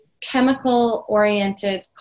chemical-oriented